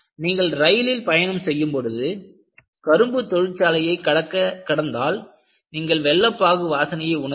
நீங்கள் ரயிலில் பயணம் செய்யும் பொழுது கரும்பு தொழிற்சாலையைக் கடந்தால் நீங்கள் வெல்லப்பாகு வாசனையை உணர்வீர்கள்